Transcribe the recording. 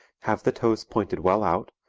have the toes pointed well out,